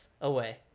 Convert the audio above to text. away